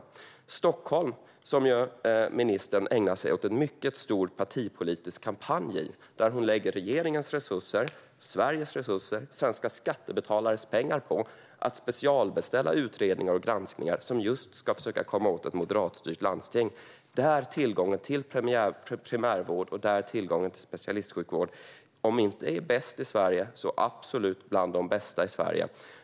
I Stockholm, där ministern ju ägnar sig åt en mycket stor partipolitisk kampanj och lägger regeringens och Sveriges resurser och svenska skattebetalares pengar på att specialbeställa utredningar och granskningar för att försöka komma åt ett moderatstyrt landsting, är tillgången till primärvård och specialistsjukvård om inte bäst i Sverige så bland de absolut bästa.